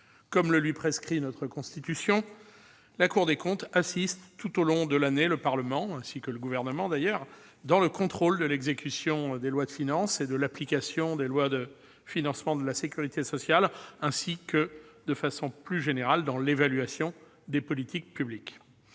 Comme le lui prescrit notre Constitution, la Cour des comptes assiste tout au long de l'année le Parlement, ainsi que le Gouvernement, dans le contrôle de l'exécution des lois de finances et de l'application des lois de financement de la sécurité sociale, ainsi que, de façon plus générale, dans l'évaluation des politiques publiques.